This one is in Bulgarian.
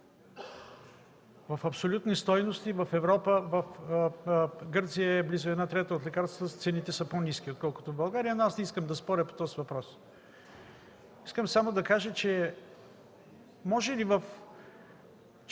В абсолютни стойности в Европа, в Гърция цените на близо една трета от лекарствата са по-ниски, отколкото в България, но аз не искам да споря по този въпрос. Искам само да кажа, че собственикът